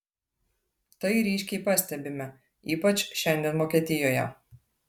tai ryškiai pastebime ypač šiandien vokietijoje